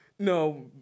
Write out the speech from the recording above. No